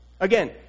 Again